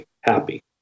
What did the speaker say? happy